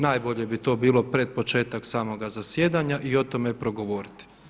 Najbolje bi to bilo pred početak samoga zasjedanja i o tome progovoriti.